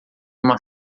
uma